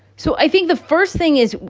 so i think the first thing is,